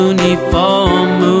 Uniform